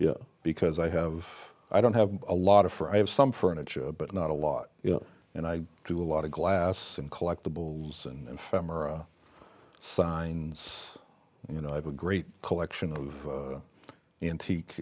because i have i don't have a lot of for i have some furniture but not a lot and i do a lot of glass and collectibles and femara signs you know i have a great collection of antique